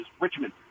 richmond